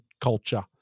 culture